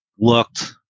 looked